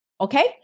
okay